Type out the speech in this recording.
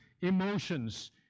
emotions